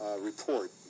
report